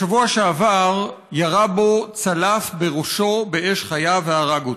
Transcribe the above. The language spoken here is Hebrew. בשבוע שעבר ירה בו צלף בראשו באש חיה והרג אותו.